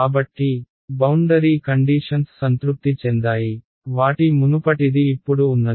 కాబట్టి boundary conditions సంతృప్తి చెందాయి వాటి మునుపటిది ఇప్పుడు ఉన్నది